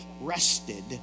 rested